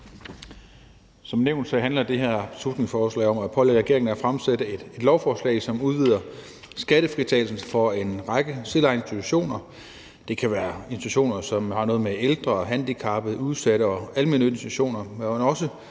Som nævnt handler det her beslutningsforslag om at pålægge regeringen at fremsætte et lovforslag, som udvider skattefritagelsen for en række selvejende institutioner. Det kan være institutioner, som har noget med ældre, handicappede eller udsatte at gøre, og almennyttige institutioner. Men det